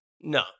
No